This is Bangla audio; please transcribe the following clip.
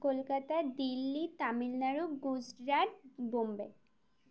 কলকাতা দিল্লি তামিলনাড়ু গুজরাট বম্বে